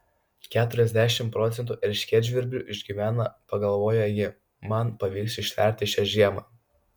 keturiasdešimt procentų erškėtžvirblių išgyvena pagalvojo ji man pavyks ištverti šią žiemą